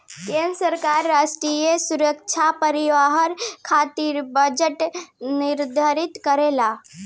केंद्र सरकार राष्ट्रीय सुरक्षा परिवहन खातिर बजट निर्धारित करेला